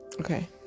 okay